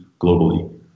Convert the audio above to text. globally